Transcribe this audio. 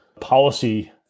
policy